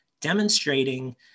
demonstrating